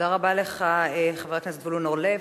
תודה רבה לך, חבר הכנסת זבולון אורלב.